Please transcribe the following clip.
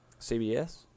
CBS